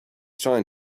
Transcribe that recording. trying